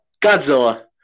Godzilla